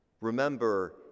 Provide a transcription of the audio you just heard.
remember